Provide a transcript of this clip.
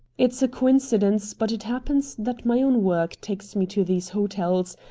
it's a coincidence, but it happens that my own work takes me to these hotels,